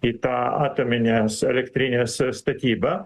į tą atominės elektrinės statybą